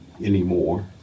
Anymore